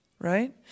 right